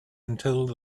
until